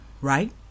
right